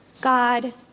God